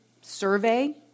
survey